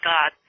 God